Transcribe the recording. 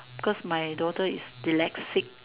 cause my daughter is dyslexic